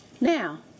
Now